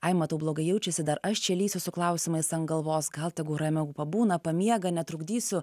ai matau blogai jaučiasi dar aš čia lįsiu su klausimais ant galvos gal tegu ramiau pabūna pamiega netrukdysiu